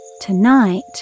Tonight